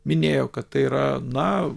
minėjo kad tai yra na